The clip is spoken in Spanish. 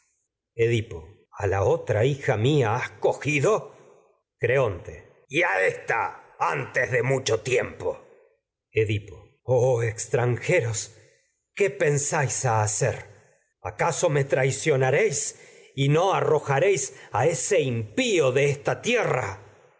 ayes edipo a la otra hija mía has cogido creonte ya ésta antes de mucho tiempo edipo oh extranjeros qué pensáis y hacer aca so me traicionaréis no arrojaréis a ese impio de esta tierra